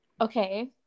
Okay